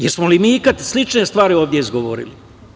Jesmo li mi ikad slične stvari ovde izgovorili?